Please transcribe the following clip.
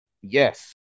Yes